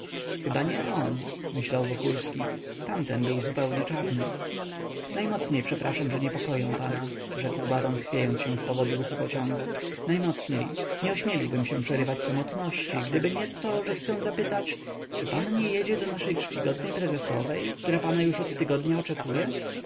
chyba nie on myślał wokulski tamten był zupełnie czarny najmocniej przepraszam że niepokoję pana rzekł baron chwiejąc się z powodu ruchu pociągu najmocniej nie ośmieliłbym się przerywać samotności gdyby nie to że chcę zapytać czy pan nie jedzie do naszej czcigodnej prezesowej która pana już od tygodnia oczekuje